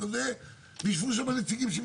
החשש הזה עכשיו שיקבלו החלטה בחטף כי מישהו אחד ספציפית,